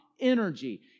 energy